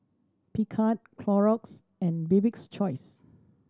Picard Clorox and Bibik's Choice